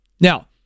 Now